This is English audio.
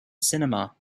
cinema